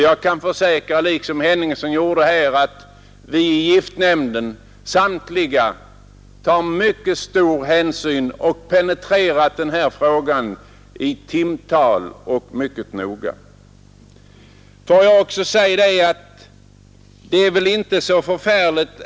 Jag kan försäkra, liksom herr Henningsson gjorde, att nämndens samtliga ledamöter har penetrerat den här frågan i timtal och mycket noga.